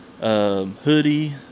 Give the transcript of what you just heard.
hoodie